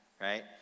right